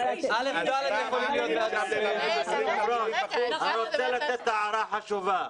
אני רוצה להעיר הערה חשובה.